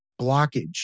blockage